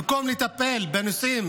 במקום לטפל בנושאים